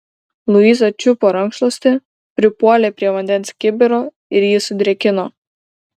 luiza čiupo rankšluostį pripuolė prie vandens kibiro ir jį sudrėkino